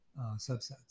subsets